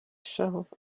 shelf